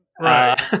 right